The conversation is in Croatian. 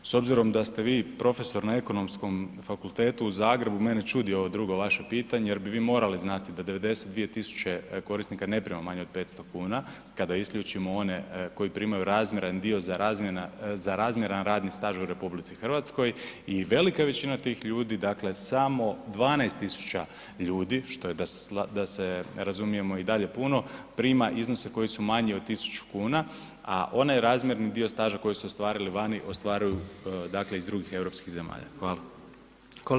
S obzirom da ste vi profesor na Ekonomskom fakultetu u Zagrebu mene čudi ovo drugo vaše pitanje jer bi vi morali znati da 92.000 korisnika ne prima manje od 500 kuna kada isključimo one koji primaju razmjeran dio za razmjeran radni staž u RH i velika većina tih ljudi dakle samo 12.000 ljudi, što je da se razumijemo i dalje puno, prima iznose koji su manji od tisuću kuna, a onaj razmjerni dio staža koji su ostvarili vani ostvaruju iz drugih europskih zemalja.